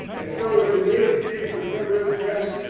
and so when the native sees the settler's flesh,